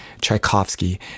Tchaikovsky